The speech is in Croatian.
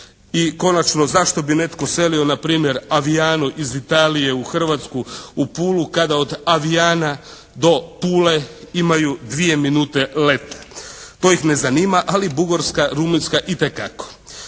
I konačno, zašto bi netko selio npr. Avignano iz Italije u Hrvatsku, u Pulu, kada od Avignana do Pule imaju dvije minute leta. To ih ne zanima, ali Bugarska, Rumunjska itekako.